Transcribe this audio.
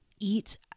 eat